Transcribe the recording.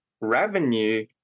revenue